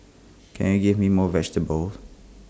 can you give me more vegetables